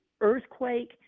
earthquake